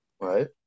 Right